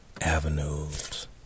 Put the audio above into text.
avenues